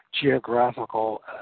geographical